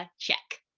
ah check.